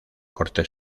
corte